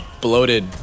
bloated